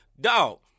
Dog